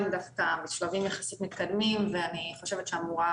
דווקא בשלבים יחסית מתקדמים ואני חושבת שאמורה